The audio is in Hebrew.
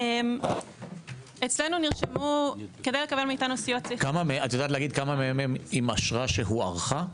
האם את יודעת להגיד כמה מהם עם אשרה שהוארכה?